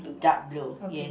dark blue yes